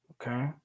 Okay